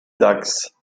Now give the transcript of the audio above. dax